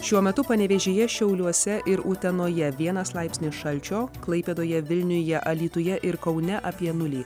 šiuo metu panevėžyje šiauliuose ir utenoje vienas laipsnio šalčio klaipėdoje vilniuje alytuje ir kaune apie nulį